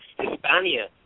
Hispania